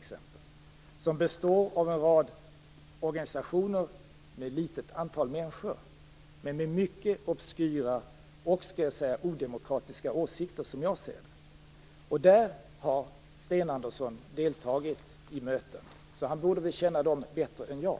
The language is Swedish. Den består av en rad organisationer med ett litet antal människor men med mycket obskyra och, som jag ser det, odemokratiska åsikter. Där har Sten Andersson deltagit i möten. Han borde därför känna dessa människor bättre än jag.